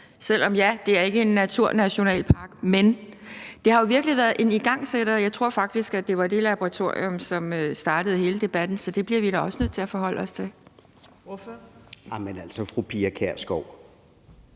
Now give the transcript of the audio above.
selv om, ja, det ikke er en naturnationalpark. Men det har jo virkelig været en igangsætter, og jeg tror faktisk, at det var det laboratorium, som startede hele debatten, så det bliver vi da også nødt til at forholde os til. Kl.